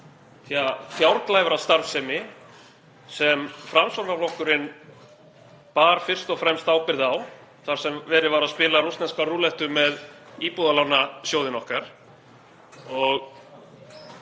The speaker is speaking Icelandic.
úr fjárglæfrastarfsemi sem Framsóknarflokkurinn bar fyrst og fremst ábyrgð á þar sem verið var að spila rússneska rúllettu með Íbúðalánasjóðinn okkar. Ég